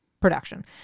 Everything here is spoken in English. production